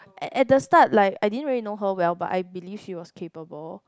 at at the start like I didn't really know her well but I believe she was capable